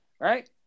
Right